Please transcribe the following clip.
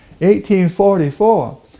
1844